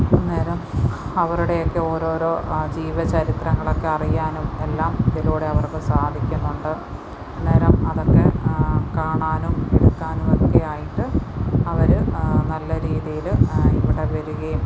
അന്നേരം അവരുടെ ഒക്കെ ഓരോരോ ജീവചരിത്രങ്ങളൊക്കെ അറിയാനും എല്ലാം അതിലൂടെ അവർക്ക് സാധിക്കുന്നുണ്ട് അന്നേരം അതൊക്കെ കാണാനും കേൾക്കാനും ഒക്കെ ആയിട്ട് അവർ നല്ല രീതിയിൽ ഇവിടെ വരുകയും